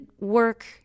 work